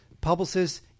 Publicists